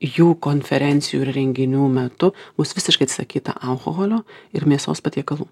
jų konferencijų ir renginių metu bus visiškai atsisakyta alkoholio ir mėsos patiekalų